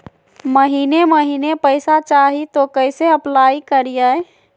महीने महीने पैसा चाही, तो कैसे अप्लाई करिए?